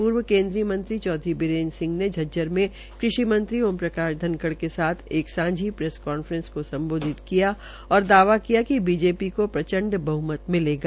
पूर्व केन्द्रयी मंत्री चौधरी बीरेन्द्र सिंह ने झज्जर में कृषि मंत्री ओ पी धनखड़ के साथ एक सांझी प्रेस कांफ्रेंस को सम्बोधित किया और दावा किया बीजेपी को प्रचंड बहमत मिलेगा